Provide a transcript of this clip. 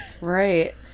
Right